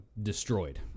destroyed